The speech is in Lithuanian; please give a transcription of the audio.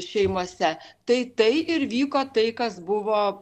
šeimose tai tai ir vyko tai kas buvo